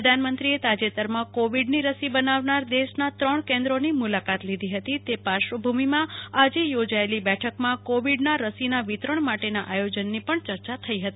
પ્રધાનમંત્રીએ તાજેતરમાં કોવિડની રસી બનાવનાર દેશના ત્રણ કેન્દ્રોની મુલાકાત લીધી હતી તે પાર્શ્વભૂમિમાં આજે યોજાઈ રહેલી બેઠકમાં કોવિડના રસીના વિતરણ માટેના આયોજનની પણ ચર્ચા થશે